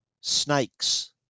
snakes